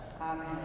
Amen